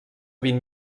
vint